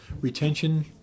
retention